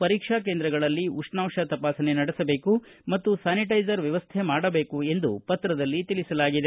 ಪರೀಕ್ಷಾ ಕೇಂದ್ರಗಳಲ್ಲಿ ಉಷ್ಣಾಂಶ ತಪಾಸಣೆ ನಡೆಸಬೇಕು ಮತ್ತು ಸ್ಥಾನಿಟೈಜರ್ ವ್ಯವಸ್ಥೆ ಮಾಡಬೇಕು ಎಂದು ಪತ್ರದಲ್ಲಿ ತಿಳಿಸಿದ್ದಾರೆ